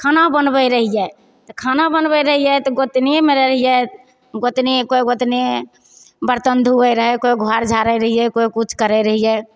खाना बनबय रहिये तऽ खाना बनबय रहियै तऽ गोतनीमे रहियै गोतनी कोइ गोतनी बर्तन धुए रहय कोइ घर झाड़य रहियै कोइ किछु करय रहियै